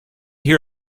hear